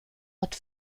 rott